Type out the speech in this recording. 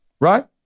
right